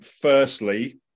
Firstly